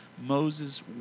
Moses